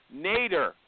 Nader